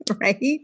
Right